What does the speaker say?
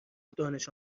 دانش